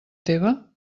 teva